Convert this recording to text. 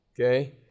Okay